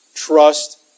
Trust